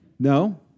No